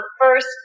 First